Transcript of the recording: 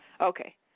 Okay